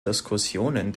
diskussionen